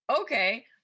Okay